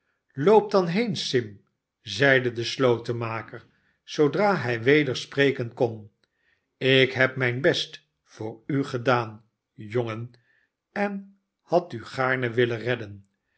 loop dan heen sim zeide de slotenmaker zoodra hij weder spreken kon ik heb mijn best voor u gedaan jongen en had u gaarne willen redden